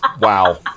Wow